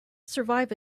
survive